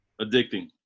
Addicting